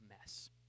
mess